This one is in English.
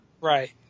Right